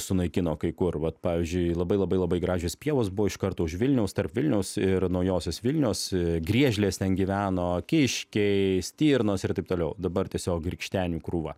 sunaikino kai kur vat pavyzdžiui labai labai labai gražios pievos buvo iš karto už vilniaus tarp vilniaus ir naujosios vilnios griežlės ten gyveno kiškiai stirnos ir taip toliau dabar tiesiog rikštenių krūva